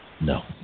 No